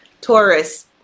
taurus